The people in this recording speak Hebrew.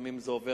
לפעמים זה עובר,